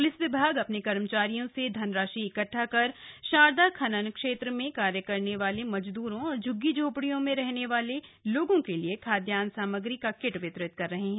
police विभाग अपने कर्मचारियों से धनराशि इकट्ठा कर शारदा खनन क्षेत्र में कार्य करने वाले मजद्रों और झ्ग्गी झोपड़ियों में रहने वाले लोगों के लिए खाद्यान्न सामग्री का किट वितरित कर रहा है